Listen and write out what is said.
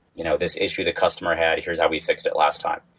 you know this issue the customer had, here's how we fixed it last time.